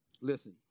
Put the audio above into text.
Listen